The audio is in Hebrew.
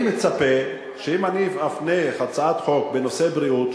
אני מצפה שאם אני אפנה הצעת חוק בנושא בריאות,